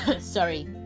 Sorry